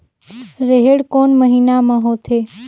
रेहेण कोन महीना म होथे?